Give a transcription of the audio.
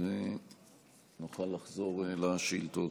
ונוכל לחזור לשאילתות.